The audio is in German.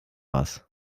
was